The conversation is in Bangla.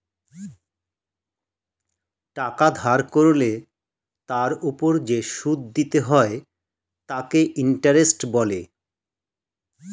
টাকা ধার করলে তার ওপর যে সুদ দিতে হয় তাকে ইন্টারেস্ট বলে